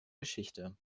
geschichte